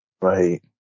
right